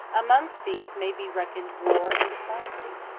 amongst these may be reckoned war and diplomacy.